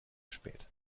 spät